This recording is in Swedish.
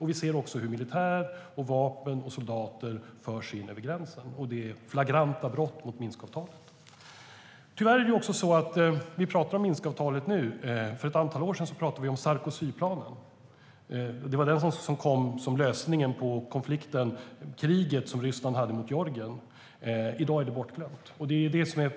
Vi ser också hur militär, vapen och soldater förs in över gränsen. Och det är flagranta brott mot Minskavtalet. Tyvärr är det Minskavtalet som vi talar om nu. För ett antal år sedan talade vi om Sarkozyplanen. Den kom som en lösning på Rysslands krig mot Georgien. I dag är det bortglömt.